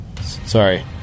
Sorry